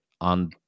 on